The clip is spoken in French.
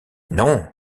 non